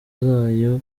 zayo